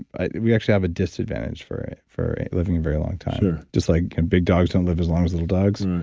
we actually have a disadvantage for for living a very long time sure just like big dogs don't live as long as little dogs. and